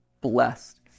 blessed